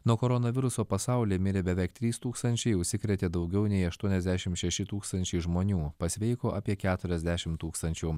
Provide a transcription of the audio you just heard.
nuo koronaviruso pasaulyje mirė beveik trys tūkstančiai užsikrėtė daugiau nei aštuoniasdešim šeši tūkstančiai žmonių pasveiko apie keturiasdešim tūkstančių